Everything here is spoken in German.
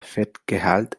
fettgehalt